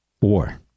war